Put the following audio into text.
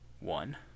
one